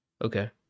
Okay